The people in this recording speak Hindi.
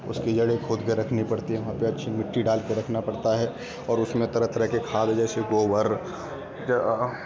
उसकी जड़ें खोद कर रखनी पड़ती है वहाँ पर अच्छी मिट्टी डाल कर रखना पड़ता है और उसमें तरह तरह के खाद जैसे गोबर